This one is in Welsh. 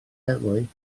heddlu